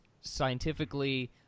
scientifically